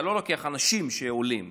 אתה לא לוקח אנשים שעולים.